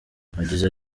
yagize